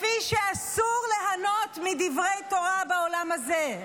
לפי שאסור ליהנות מדברי תורה בעולם הזה.